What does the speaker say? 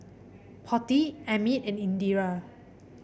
Potti Amit and Indira